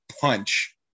punch